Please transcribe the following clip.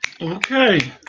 Okay